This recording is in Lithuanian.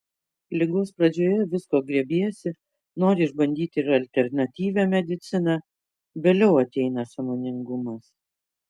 ligos pradžioje visko grėbiesi nori išbandyti ir alternatyvią mediciną vėliau ateina sąmoningumas